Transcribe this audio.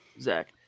Zach